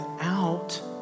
out